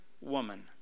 woman